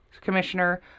commissioner